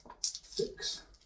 six